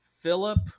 Philip